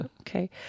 okay